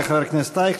תודה לחבר הכנסת אייכלר.